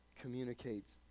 communicates